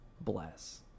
bless